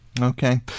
Okay